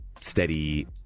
steady